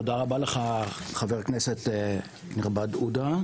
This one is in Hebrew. תודה רבה לך, חבר הכנסת הנכבד עודה.